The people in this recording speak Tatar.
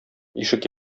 ишек